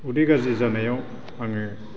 उदै गाज्रि जानायाव आङो